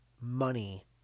money